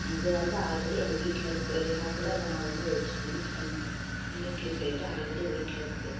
இது வந்து ஆல்ரெடி எங்கள் வீட்டில் இருக்குது இல்லைன்னா கூட அதை நான் வந்து வச்சு யூஸ் பண்ணிக்குவேன் மினி இட்லி பிளேட்டு ஆல்ரெடி வீட்டில் இருக்குது